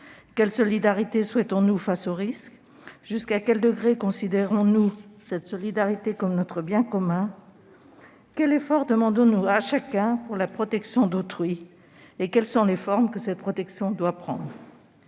quelle solidarité souhaitons-nous face aux risques ? jusqu'à quel degré considérons-nous cette solidarité comme notre bien commun ? quel effort demandons-nous à chacun pour la protection d'autrui ? quelles formes cette protection doit-elle prendre ?